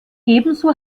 ebenso